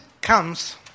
comes